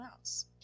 else